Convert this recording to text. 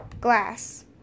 glass